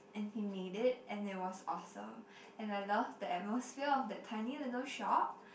and he made it and it was awesome and I love the atmosphere of that tiny little shop